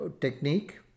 technique